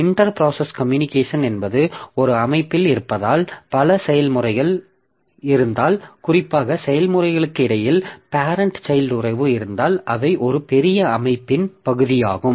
inter process communication என்பது ஒரு அமைப்பில் இருப்பதால் பல செயல்முறைகள் இருந்தால் குறிப்பாக செயல்முறைகளுக்கு இடையில் பேரெண்ட் சைல்ட் உறவு இருந்தால் அவை ஒரு பெரிய அமைப்பின் பகுதியாகும்